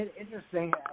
interesting